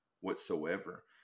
whatsoever